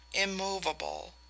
IMMOVABLE